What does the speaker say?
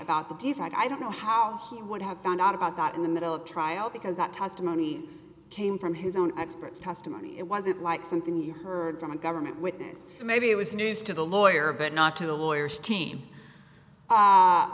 about the deep i don't know how he would have found out about that in the middle of trial because that testimony came from his own experts testimony it wasn't like something you heard from a government witness so maybe it was news to the lawyer but not to the lawyers team